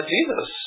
Jesus